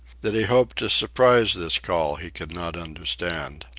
that he hoped to surprise this call he could not understand.